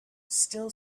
still